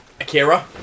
Akira